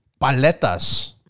paletas